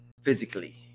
physically